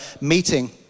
meeting